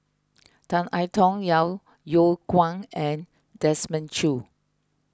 Tan I Tong Yeo Yeow Kwang and Desmond Choo